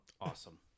Awesome